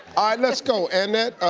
let's go. and annette,